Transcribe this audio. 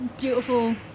Beautiful